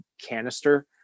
canister